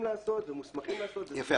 לעשות ומוסמכים לעשות זה --- יפה.